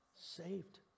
Saved